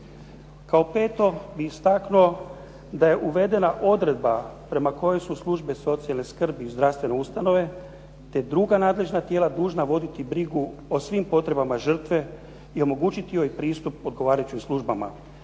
Kao peto bih istaknuo da je uvedena odredba prema kojoj su službe socijalne skrbi i zdravstvene ustanove, te druga nadležna tijela dužna voditi brigu o svim potrebama žrtve i omogućiti joj pristup odgovarajućim službama,